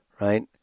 right